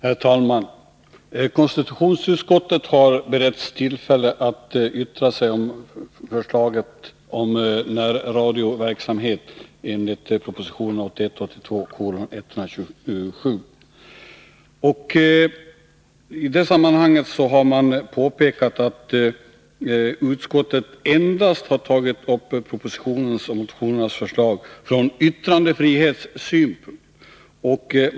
Herr talman! Konstitutionsutskottet har beretts tillfälle att yttra sig om förslaget om närradioverksamhet enligt proposition 1981/82:127. I det sammanhanget har man påpekat att utskottet endast har tagit upp propositionens och motionernas förslag från yttrandefrihetssynpunkt.